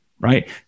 right